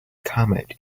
comet